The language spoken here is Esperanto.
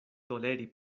toleri